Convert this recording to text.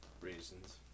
Reasons